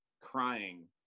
crying